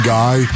guy